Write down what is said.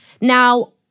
Now